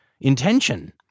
intention